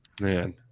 Man